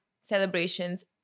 celebrations